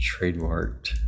trademarked